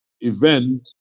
event